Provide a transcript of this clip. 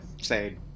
say